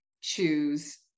choose